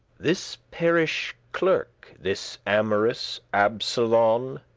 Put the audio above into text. this parish clerk, this amorous absolon,